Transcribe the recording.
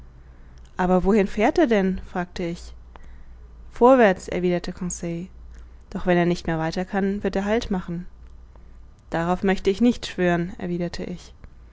aber wohin fährt er denn fragte ich vorwärts erwiderte conseil doch wenn er nicht mehr weiter kann wird er halt machen darauf möchte ich nicht schwören erwiderte ich